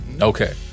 Okay